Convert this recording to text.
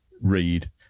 read